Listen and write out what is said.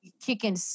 kicking